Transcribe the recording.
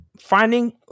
finding